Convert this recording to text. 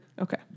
Okay